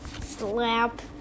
Slap